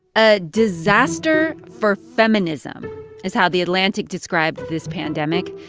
a disaster for feminism is how the atlantic described this pandemic.